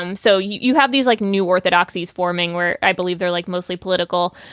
um so you you have these, like new orthodoxies forming where i believe they're like mostly political.